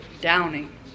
Downing